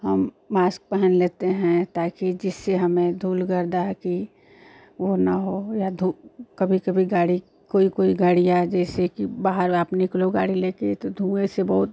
हम मास्क पहन लेते हैं ताकि जिससे हमें धूल गर्दा है कि वह न हो या धूप कभी कभी गाड़ी कोई कोई गाड़ी जैसे कि बाहर आप निकलो गाड़ी लेकर तो धुएँ से बहुत